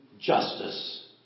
justice